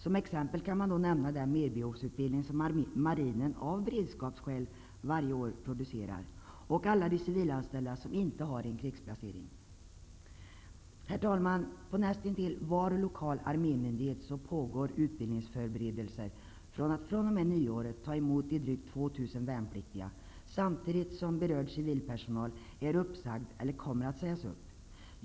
Som exempel kan man nämna den merbehovsutbildning som marinen av beredskapsskäl varje år producerar och alla de civilanställda som inte har en krigsplacering. Herr talman! På näst intill varje lokal arme myndighet pågår utbildningsförberedelser för att fr.o.m. nyår ta emot de drygt 2 000 värnpliktiga samtidigt som berörd civilpersonal är uppsagd eller kommer att sägas upp.